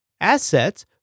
assets